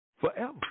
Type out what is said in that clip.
forever